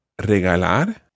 regalar